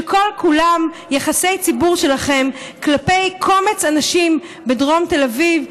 שכל-כולם יחסי ציבור שלכם כלפי קומץ אנשים בדרום תל אביב,